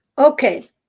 Okay